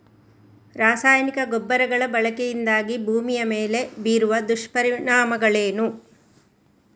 ರಾಸಾಯನಿಕ ಗೊಬ್ಬರಗಳ ಬಳಕೆಯಿಂದಾಗಿ ಭೂಮಿಯ ಮೇಲೆ ಬೀರುವ ದುಷ್ಪರಿಣಾಮಗಳೇನು?